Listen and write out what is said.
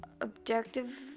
Objective